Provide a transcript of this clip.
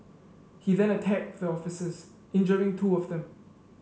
he then attacked the officers injuring two of them